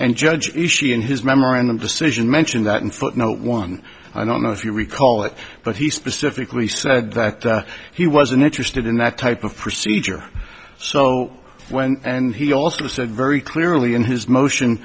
and judge issue in his memorandum decision mentioned that in footnote one i don't know if you recall it but he specifically said that he was uninterested in that type of procedure so when and he also said very clearly in his motion